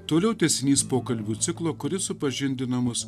toliau tęsinys pokalbių ciklo kuris supažindina mus